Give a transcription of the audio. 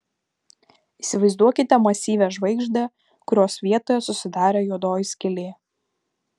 įsivaizduokite masyvią žvaigždę kurios vietoje susidarė juodoji skylė